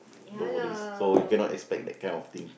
nobody's so you cannot expect that kind of thing